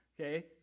Okay